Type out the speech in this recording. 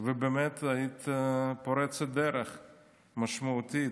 ובאמת היית פורצת דרך משמעותית: